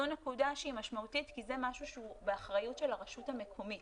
זו נקודה שהיא משמעותית כי זה משהו שהוא באחריות של הרשות המקומית.